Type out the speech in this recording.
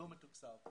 לא מתוקצב.